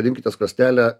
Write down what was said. rinkitės krosnelę